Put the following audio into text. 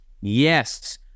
yes